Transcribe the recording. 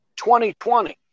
2020